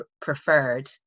preferred